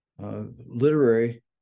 literary